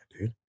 dude